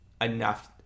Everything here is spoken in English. enough